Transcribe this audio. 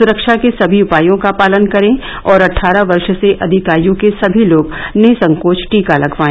सुरक्षा के सभी उपायों का पालन करें और अट्ठारह वर्ष से अधिक आय के सभी लोग निसंकोच टीका लगवाए